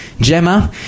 Gemma